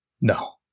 No